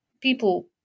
people